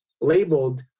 labeled